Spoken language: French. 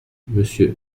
monsieur